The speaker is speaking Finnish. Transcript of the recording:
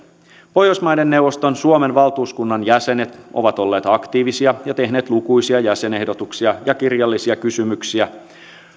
pohjoismaiden neuvoston suomen valtuuskunnan jäsenet ovat olleet aktiivisia ja tehneet lukuisia jäsenehdotuksia ja kirjallisia kysymyksiä